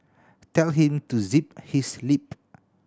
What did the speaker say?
tell him to zip his lip